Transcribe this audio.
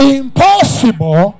impossible